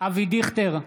אבי דיכטר,